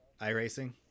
iRacing